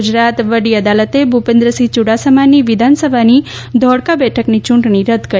ગુજરાત વડી અદાલતે ભુપેન્દ્રસિંહ યુડાસમાની વિધાનસભાની ધોળકા બેઠકની યુંટણી રદ કરી